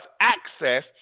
access